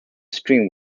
strain